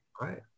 right